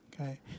Okay